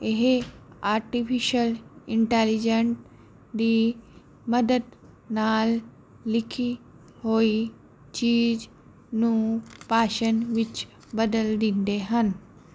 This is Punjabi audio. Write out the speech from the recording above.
ਇਹ ਆਰਟੀਫਿਸ਼ਅਲ ਇੰਟੈਲੀਜੈਂਟ ਦੀ ਮਦਦ ਨਾਲ ਲਿਖੀ ਹੋਈ ਚੀਜ਼ ਨੂੰ ਭਾਸ਼ਣ ਵਿੱਚ ਬਦਲ ਦਿੰਦੇ ਹਨ